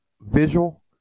visual